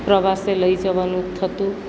પ્રવાસે લઈ જવાનું થતું